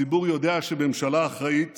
הציבור יודע שממשלה אחראית